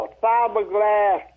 fiberglass